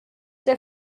der